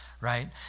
right